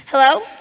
Hello